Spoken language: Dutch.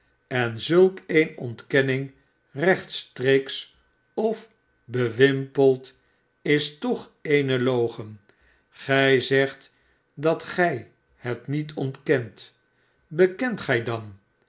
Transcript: en zulk eene ontkenning rechtstreeks of bewinpeld is toch eene logen gij zegt dat gij het niet ontkent bekent gij dan